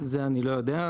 את זה אני לא יודע.